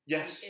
Yes